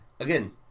again